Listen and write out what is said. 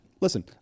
listen